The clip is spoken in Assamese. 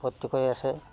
ভৰ্তি কৰি আছে